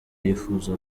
yifuza